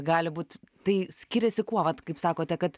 gali būt tai skiriasi kuo vat kaip sakote kad